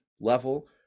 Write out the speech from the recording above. level